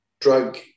drug